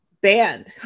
banned